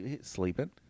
sleeping